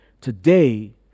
Today